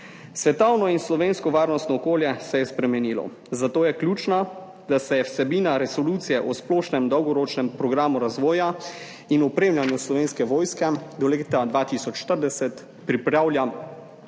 Svetovno in slovensko varnostno okolje se je spremenilo, zato je ključno, da se vsebina Resolucije o splošnem dolgoročnem programu razvoja in opremljanja Slovenske vojske do leta 2040 pripravlja